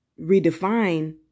redefine